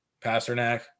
Pasternak